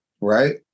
right